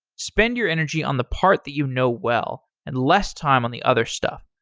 spend your energy on the part that you know well and less time on the other stuff.